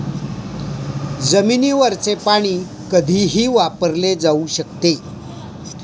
जमिनीवरचे पाणी कधीही वापरले जाऊ शकते